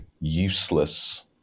useless